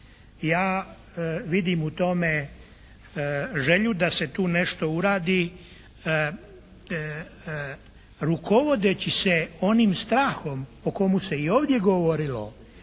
Ja vidim u tome želju da se tu nešto uradi rukovodeći se onim strahom o komu se i ovdje govorilo